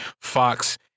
Fox